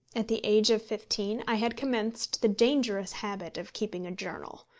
at the age of fifteen, i had commenced the dangerous habit of keeping a journal,